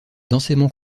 densément